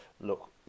look